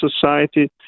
society